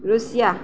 Russia